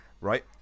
Right